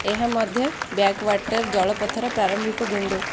ଏହା ମଧ୍ୟ backwater ଜଳପଥର ପ୍ରାରମ୍ଭିକ ବିନ୍ଦୁ